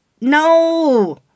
No